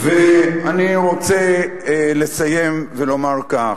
אני רוצה לסיים ולומר כך: